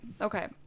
Okay